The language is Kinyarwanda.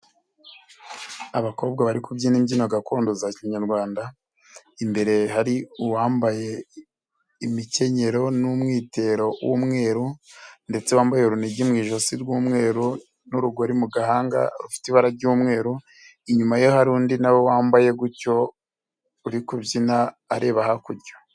Abakobwa bari kubyina imbyino gakondo za kinyarwanda, imbere hari uwambaye imikenyero n'umwitero w'umweru ndetse wambaye urunigi mu ijosi ry'umweru n'urugori mu gahanga rufite ibara ry'umweru, inyuma hari undi na wambaye gutyo uri kubyina areba hakurya.